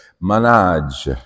manage